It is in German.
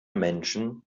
menschen